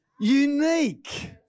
unique